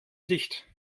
dicht